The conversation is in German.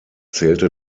zählte